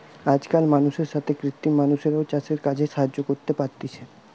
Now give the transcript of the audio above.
আজকাল মানুষের সাথে কৃত্রিম মানুষরাও চাষের কাজে সাহায্য করতে পারতিছে